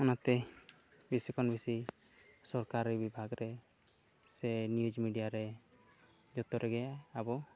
ᱚᱱᱟᱛᱮ ᱵᱮᱥᱤ ᱠᱷᱚᱱ ᱵᱮᱥᱤ ᱥᱚᱨᱠᱟᱨᱤ ᱵᱤᱵᱷᱟᱜᱽ ᱨᱮ ᱥᱮ ᱱᱤᱭᱩᱥ ᱢᱤᱰᱤᱭᱟ ᱨᱮ ᱡᱚᱛᱚ ᱨᱮᱜᱮ ᱟᱵᱚ